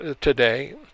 today